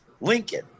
Lincoln